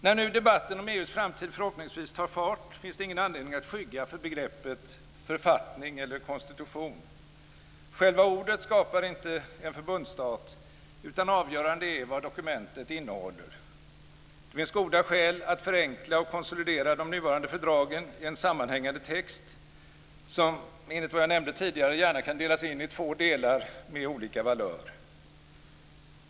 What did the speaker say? När nu debatten om EU:s framtid förhoppningsvis tar fart, finns det ingen anledning att skygga för begreppen författning eller konstitution. Själva orden skapar inte en förbundsstat, utan avgörande är vad dokumentet innehåller. Det finns goda skäl att förenkla och konsolidera de nuvarande fördragen i en sammanhängande text, som enligt vad jag nämnde tidigare gärna kan delas in i två delar med olika valör.